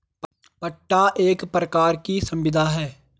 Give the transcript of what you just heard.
पट्टा एक प्रकार की संविदा है